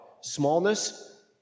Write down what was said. Smallness